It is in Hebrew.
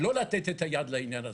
לא לתת יד לעניין הזה.